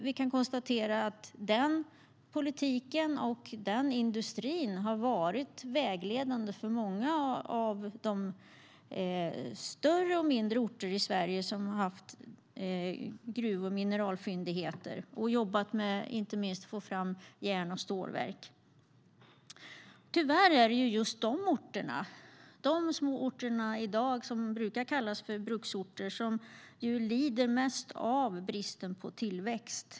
Vi kan konstatera att den politiken och den industrin har varit vägledande för många av de större och mindre orter i Sverige som har haft gruv och mineralfyndigheter och jobbat med att få fram järn och stålverk. Tyvärr är det i dag just de orterna, de små orter som brukar kallas bruksorter, som lider mest av bristen på tillväxt.